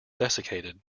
desiccated